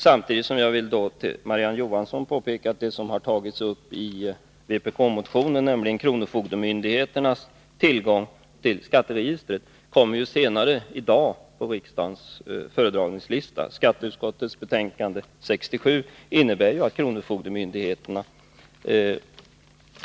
Samtidigt vill jag för Marie-Ann Johansson påpeka att det som behandlas i vpk-motionen, nämligen kronofogdemyndigheternas tillgång till skatteregistret, kommer senare i dag på riksdagens föredragningslista. Hemställan i skatteutskottets betänkande 67 innebär att kronofogdemyndigheterna